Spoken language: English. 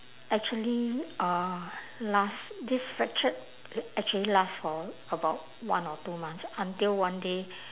actually uh last this fractured actually last for about one or two months until one day